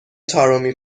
طارمی